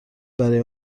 برای